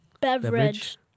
Beverage